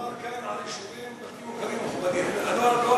מדובר כאן על יישובים בלתי מוכרים, מכובדי, רהט,